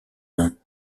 mains